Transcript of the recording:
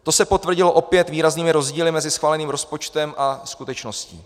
To se potvrdilo opět výraznými rozdíly mezi schváleným rozpočtem a skutečností.